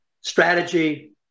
strategy